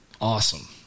awesome